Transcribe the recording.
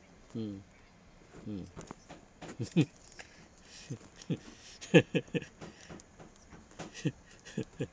mm mm